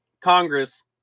Congress